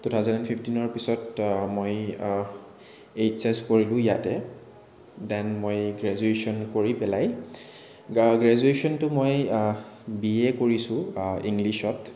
two thousand and ফিফটিনৰ পিছত মই এইছ এছ কৰিলো ইয়াতে দেন মই গ্ৰেজুৱেচন কৰি পেলাই গা গ্ৰেছুৱেচনটো মই বি এ কৰিছোঁ ইংলিছত